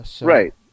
Right